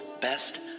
best